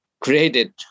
created